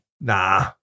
nah